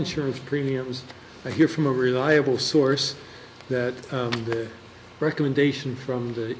insurance premiums i hear from a reliable source that the recommendation from